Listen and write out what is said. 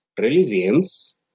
religions